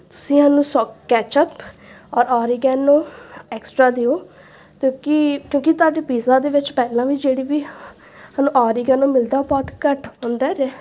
ਤੁਸੀਂ ਸਾਨੂੰ ਸੌ ਕੈਚਅਪ ਔਰ ਔਰੀਕੈਨੋ ਐਕਸਟਰਾ ਦਿਓ ਕਿਉਂਕਿ ਕਿਉਂਕਿ ਤੁਹਾਡੇ ਪੀਜ਼ਾ ਦੇ ਵਿੱਚ ਪਹਿਲਾਂ ਵੀ ਜਿਹੜੀ ਵੀ ਸਾਨੂੰ ਔਰੀਕੈਨੋ ਮਿਲਦਾ ਬਹੁਤ ਘੱਟ ਹੁੰਦਾ